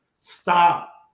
Stop